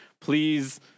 Please